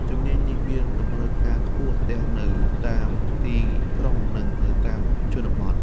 ជំនាញនេះមានតម្រូវការខ្ពស់ទាំងនៅតាមទីក្រុងនិងនៅតាមតំបន់ជនបទ។